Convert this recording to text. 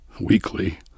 weekly